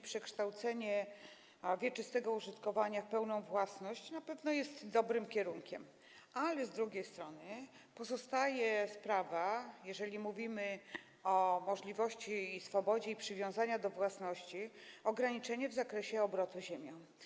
Przekształcenie wieczystego użytkowania w pełną własność na pewno jest dobrym kierunkiem, ale z drugiej strony pozostaje sprawa, jeżeli mówimy o swobodzie i przywiązaniu do własności, ograniczenia w zakresie obrotu ziemią.